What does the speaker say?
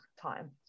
time